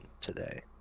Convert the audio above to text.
today